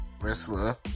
wrestler